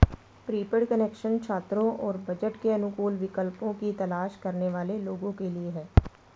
prepaid connection छात्रों और budget के अनुकूल विकल्पों की तलाश करने वाले लोगों के लिए है